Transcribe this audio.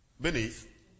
beneath